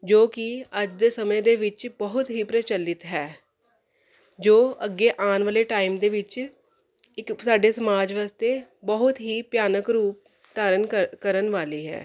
ਜੋ ਕਿ ਅੱਜ ਦੇ ਸਮੇਂ ਦੇ ਵਿੱਚ ਬਹੁਤ ਹੀ ਪ੍ਰਚਲਿਤ ਹੈ ਜੋ ਅੱਗੇ ਆਉਣ ਵਾਲੇ ਟਾਈਮ ਦੇ ਵਿੱਚ ਇੱਕ ਸਾਡੇ ਸਮਾਜ ਵਾਸਤੇ ਬਹੁਤ ਹੀ ਭਿਆਨਕ ਰੂਪ ਧਾਰਨ ਕਰਨ ਵਾਲੀ ਹੈ